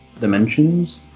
dimensions